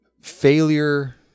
Failure